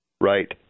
Right